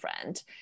friend